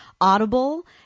audible